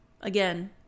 again